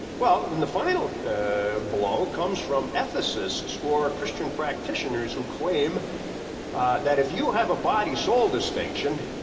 well, and the final ah belong comes from ethicists or christian practitioners who claim that if you have a body soul distinction,